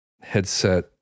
headset